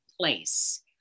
place